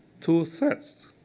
two-thirds